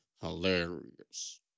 hilarious